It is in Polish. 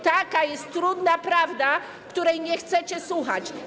Taka jest trudna prawda, której nie chcecie słuchać.